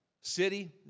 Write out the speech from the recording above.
city